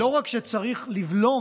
הוא שלא רק שצריך לבלום